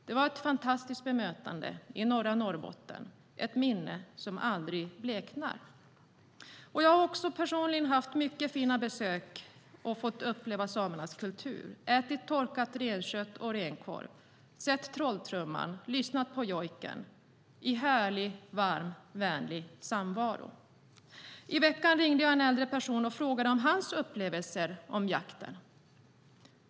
Det var ett fantastiskt bemötande i norra Norrbotten - ett minne som aldrig bleknar. Jag har personligen också haft mycket fina besök och fått uppleva samernas kultur, ätit torkat renkött och renkorv, sett trolltrumman, lyssnat på jojken i härlig, varm, vänlig samvaro. I veckan ringde jag en äldre person och frågade om hans upplevelser av jakten.